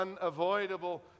unavoidable